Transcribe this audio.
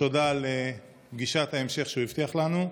ותודה על פגישת ההמשך שהוא הבטיח לנו,